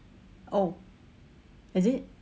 oh is it